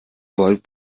volt